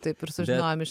taip ir sužinojo iš